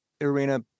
Irina